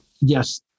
yes